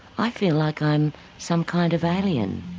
i feel like i'm some kind of alien,